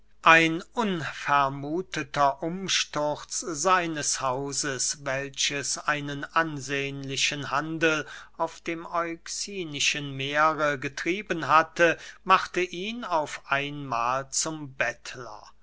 ein unvermutheter umsturz seines hauses welches einen ansehnlichen handel auf dem euxinischen meere getrieben hatte machte ihn auf einmahl zum bettler